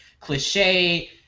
cliche